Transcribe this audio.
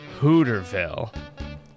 Hooterville